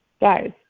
guys